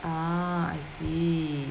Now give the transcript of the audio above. ah I see